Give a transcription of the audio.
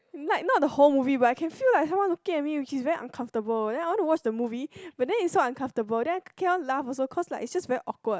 like not the whole movie but I can feel like someone looking at me which is very uncomfortable and then I want to watch the movie but then is so uncomfortable then cannot laugh also cause it's like just very awkward